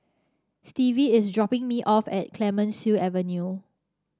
Stevie is dropping me off at Clemenceau Avenue